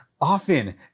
often